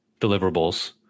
deliverables